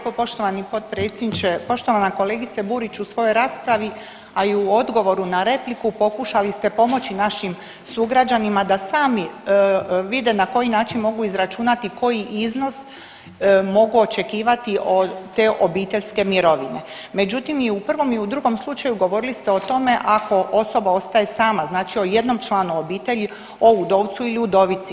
Hvala lijepo poštovani potpredsjedniče, poštovana kolegice Burić, u svojoj raspravi, a i odgovoru na repliku, pokušali ste pomoći našim sugrađanima da sami vide na koji način mogu izračunati koji iznos mogu očekivati od te obiteljske mirovine, međutim, i u prvom i u drugom slučaju govorili ste o tome ako osoba ostaje sama, znači o jednom članu obitelji, o udovcu ili udovici.